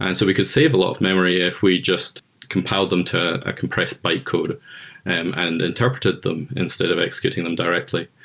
and so we could save a lot of memory if we just compiled them to a compressed bytecode and and interpreted them instead of executing them directly.